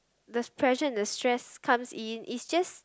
the pressure and the stress comes in is just